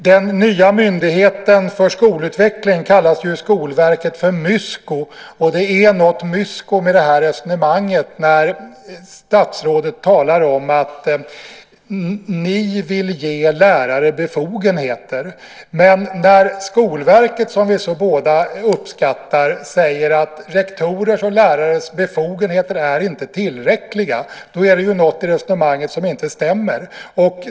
Den nya Myndigheten för skolutveckling kallas i Skolverket för Mysko, och det är något mysko med resonemanget när statsrådet talar om att ni vill ge lärare befogenheter. När Skolverket, som vi båda uppskattar så mycket, säger att rektorers och lärares befogenheter inte är tillräckliga är det något i resonemanget som inte stämmer.